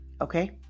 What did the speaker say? okay